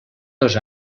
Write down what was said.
dos